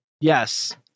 yes